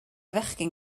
fechgyn